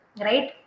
Right